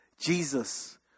Jesus